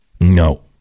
No